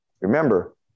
Remember